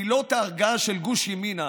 מילות ההרגעה של גוש ימינה